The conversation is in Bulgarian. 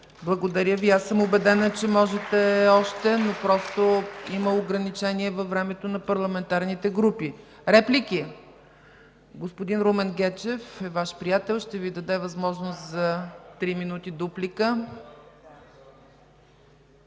Благодаря Ви. И аз съм убедена, че можете още, но просто има ограничения във времето на парламентарните групи. Реплики? Господин Румен Гечев е Ваш приятел. Ще Ви даде възможност за три минути дуплика.